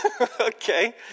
okay